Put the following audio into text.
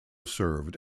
served